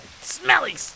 smelly